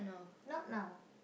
not now